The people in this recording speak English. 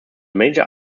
major